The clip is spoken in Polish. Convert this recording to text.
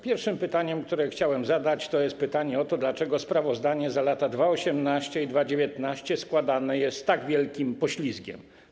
Pierwszym pytaniem, które chciałem zadać, jest pytanie o to, dlaczego sprawozdania za lata 2018 i 2019 składane są z tak wielkim poślizgiem.